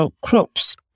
crops